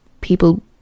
people